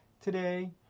today